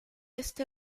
este